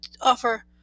offer